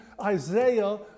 Isaiah